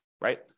right